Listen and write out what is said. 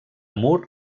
mur